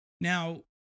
Now